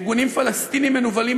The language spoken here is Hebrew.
ארגונים פלסטיניים מנוולים,